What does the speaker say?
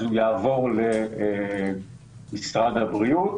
הוא יעבור למשרד הבריאות,